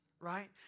right